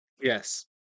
Yes